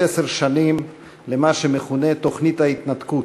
עשר שנים למה שמכונה "תוכנית ההתנתקות",